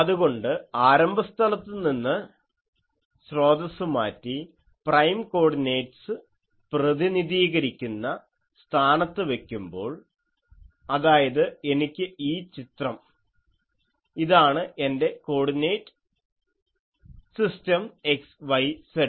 അതുകൊണ്ട് ആരംഭ സ്ഥലത്തുനിന്ന് സ്രോതസ്സ് മാറ്റി പ്രൈം കോർഡിനേറ്റ്സ് പ്രതിനിധീകരിക്കുന്ന സ്ഥാനത്ത് വെക്കുമ്പോൾ അതായത് എനിക്ക് ഈ ചിത്രം ഇതാണ് എൻ്റെ കോർഡിനേറ്റ് സിസ്റ്റം xyz